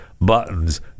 buttons